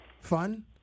fun